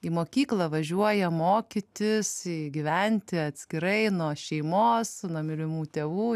į mokyklą važiuoja mokytis gyventi atskirai nuo šeimos nuo mylimų tėvų